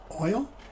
oil